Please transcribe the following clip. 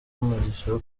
umugisha